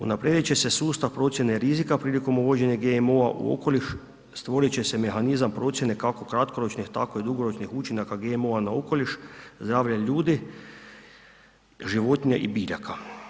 Unaprijed će se sustav procjene rizika prilikom uvođenja GMO-a u okoliš, stvorit će se mehanizam procjene, kako kratkoročnih, tako i dugoročnih učinaka GMO-a na okoliš, zdravlje ljudi, životinja i biljaka.